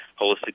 holistic